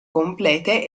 complete